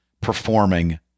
performing